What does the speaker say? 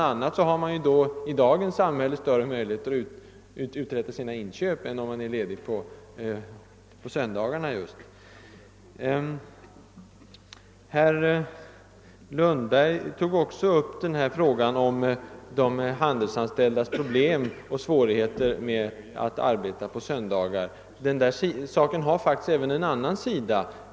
a. har man då i dagens samhälle större möjligheter att uträtta sina inköp än om man är ledig just på söndagarna. Herr Lundberg tog också upp frågan om de handelsanställdas problem och svårigheter när det gäller att arbeta på söndagarna. Den saken har faktiskt även en annan sida.